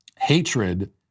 hatred